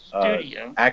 studio